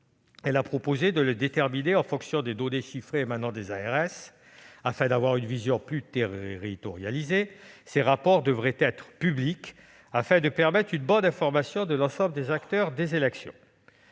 Elle a proposé de la déterminer en fonction des données chiffrées émanant des ARS. Afin d'avoir une vision plus territorialisée, ces rapports devraient être publics afin de permettre une bonne information de l'ensemble des acteurs des élections.